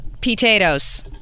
potatoes